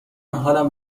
حالم